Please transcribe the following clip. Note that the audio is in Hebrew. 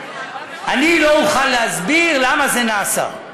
אני לא אוכל להסביר למה זה נעשה.